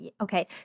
Okay